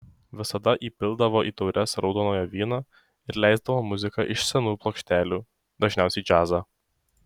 visada įpildavo į taures raudonojo vyno ir leisdavo muziką iš senų plokštelių dažniausiai džiazą